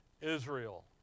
Israel